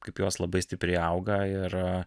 kaip jos labai stipriai auga ir